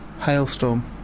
Hailstorm